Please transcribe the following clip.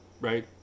right